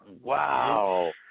Wow